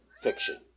fiction